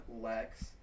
Lex